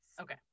Okay